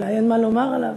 אולי אין מה לומר עליו.